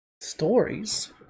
Stories